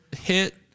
hit